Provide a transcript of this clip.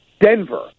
Denver